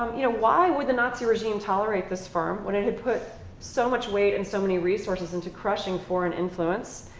um you know, why would the nazi regime tolerate this firm when it had put so much weight and so many resources into crushing foreign influence?